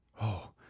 Oh